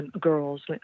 girls